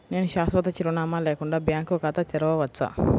నేను శాశ్వత చిరునామా లేకుండా బ్యాంక్ ఖాతా తెరవచ్చా?